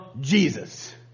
jesus